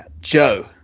Joe